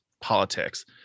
politics